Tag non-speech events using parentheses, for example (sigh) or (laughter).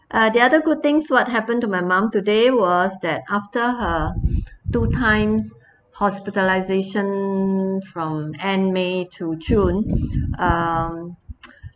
uh the other good things what happened to my mum today was that after her two times hospitalisation from end may to june uh (noise)